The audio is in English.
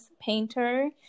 painter